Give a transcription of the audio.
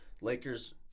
Lakers